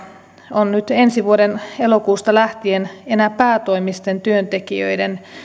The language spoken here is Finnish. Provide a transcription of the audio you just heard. on nyt ensi vuoden elokuusta lähtien enää päätoimisten työntekijöiden